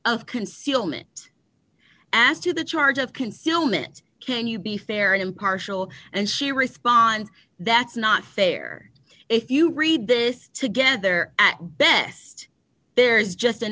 of concealment as to the charge of concealment can you be fair and impartial and she responds that's not fair if you read this together at best there is just